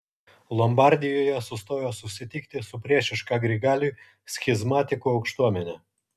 lombardijoje sustojo susitikti su priešiška grigaliui schizmatikų aukštuomene